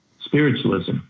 Spiritualism